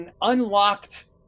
unlocked